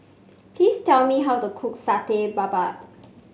please tell me how to cook Satay Babat